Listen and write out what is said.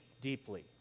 deeply